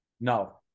No